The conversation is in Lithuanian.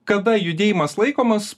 kada judėjimas laikomas